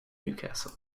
newcastle